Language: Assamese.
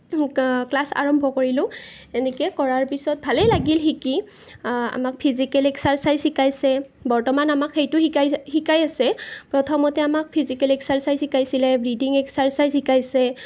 মোক ক্লাছ আৰম্ভ কৰিলোঁ এনেকৈ কৰাৰ পিছত ভালেই লাগিল শিকি আমাক ফিজিকেল এক্সাৰ্চাইজ শিকাইছে বৰ্তমান আমাক সেইটো শিকাইছে শিকাই আছে প্ৰথমতে আমাক ফিজিকেল এক্সাৰ্চাইজ শিকাইছিলে ব্ৰিডিং এক্সাৰ্চাইজ শিকাইছে